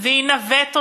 וינווט אותו,